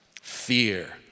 fear